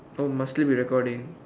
oh must leave it recording